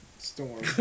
storm